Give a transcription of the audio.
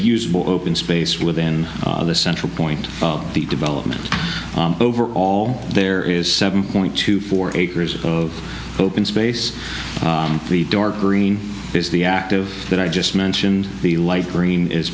usable open space within the central point the development over all there is seven point two four acres of open space the darker green is the active that i just mentioned the light green is